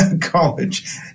college